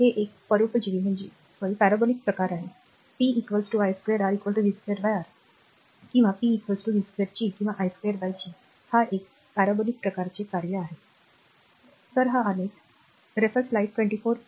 हे एक परोपजीवी प्रकार आहे p i2 R v2R किंवा p v2 G किंवाi2G हा एक परजीवी प्रकारचे कार्य आहे बरोबर